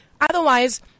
Otherwise